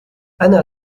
انا